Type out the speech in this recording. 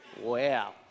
wow